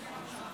התשפ"ד 2024,